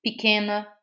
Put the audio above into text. Pequena